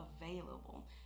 available